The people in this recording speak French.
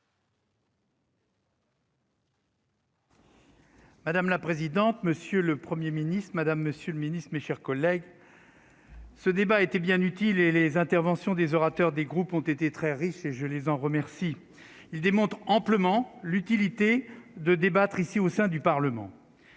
Madame la présidente, monsieur le 1er ministre Madame Monsieur le Ministre, mes chers collègues, ce débat était bien utile et les interventions des orateurs des groupes ont été très riche, et je les en remercie, il démontre amplement l'utilité de débattre ici au sein du Parlement,